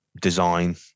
design